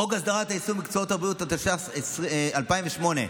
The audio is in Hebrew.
חוק הסדרת העיסוק במקצועות הבריאות, התשס"ח 2008,